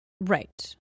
Right